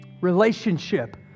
relationship